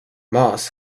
maas